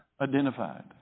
Identified